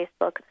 Facebook